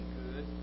good